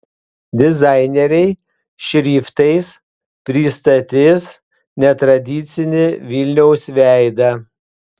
dizaineriai šriftais pristatys netradicinį vilniaus veidą